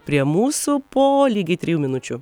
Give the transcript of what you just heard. prie mūsų po lygiai trijų minučių